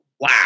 Wow